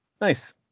Nice